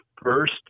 first